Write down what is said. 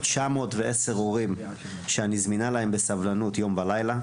910 הורים שאני זמינה להם בסבלנות יום ולילה,